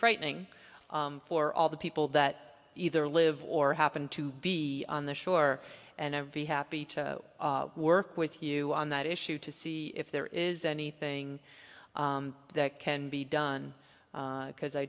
frightening for all the people that either live or happen to be on the shore and i would be happy to work with you on that issue to see if there is anything that can be done because i